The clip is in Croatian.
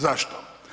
Zašto?